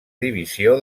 divisió